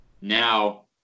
Now